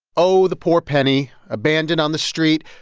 oh, the poor penny abandoned on the street,